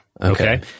Okay